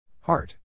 Heart